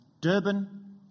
Durban